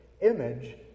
image